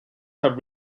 have